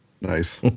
nice